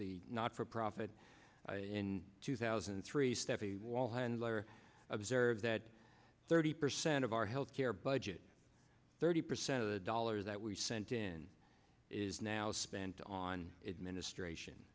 the not for profit in two thousand and three step wall handler observe that thirty percent of our healthcare budget thirty percent of the dollars that we sent in is now spent on ministration